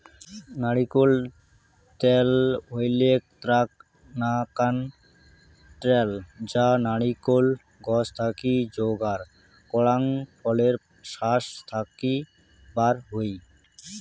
নারিকোল ত্যাল হইলেক এ্যাক নাকান ত্যাল যা নারিকোল গছ থাকি যোগার করাং ফলের শাস থাকি বার হই